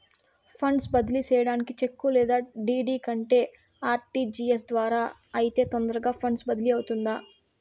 funds బదిలీ సేయడానికి cheque లేదా డీ.డీ కంటే ఆర్.టి.జి.ఎస్ ద్వారా అయితే తొందరగా ఫండ్స్ బదిలీ అవుతుందా